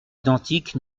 identiques